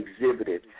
exhibited